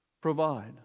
provide